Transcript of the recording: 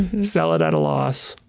sell it at a loss.